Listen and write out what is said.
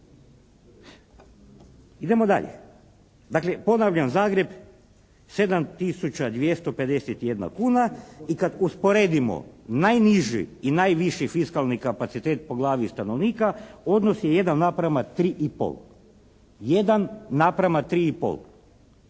Idemo dalje. Dakle, ponavljam Zagreb 7 tisuća 251 kuna. I kad usporedimo najniži i najviši fiskalni kapacitet po glavi stanovnika odnos je 1:3,5. 1:3,5.